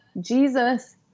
Jesus